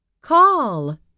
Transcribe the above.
call